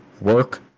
work